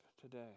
today